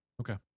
okay